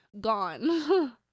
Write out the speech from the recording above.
gone